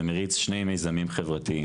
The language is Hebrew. ומריץ שני מיזמים חברתיים.